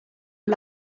amb